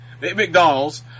McDonald's